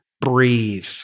breathe